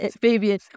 baby